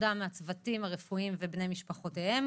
דם מהצוותים הרפואיים ומבני משפחותיהם